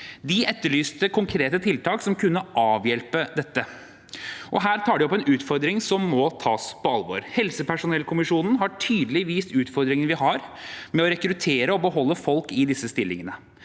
De etterlyste konkrete tiltak som kunne avhjelpe dette. Her tar de opp en utfordring som må tas på alvor. Helsepersonellkommisjonen har tydelig vist utfordringen vi har med å rekruttere til og beholde folk i disse stillingene,